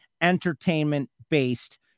entertainment-based